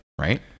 Right